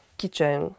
kitchen